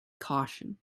caution